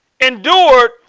endured